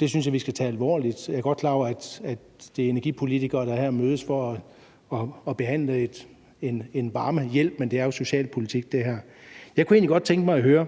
Det synes jeg vi skal tage alvorligt. Jeg er godt klar over, at det er energipolitikere, der her mødes for at behandle et forslag om varmehjælp, men det her er jo socialpolitik. Jeg kunne egentlig godt tænke mig at høre